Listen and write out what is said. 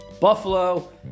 Buffalo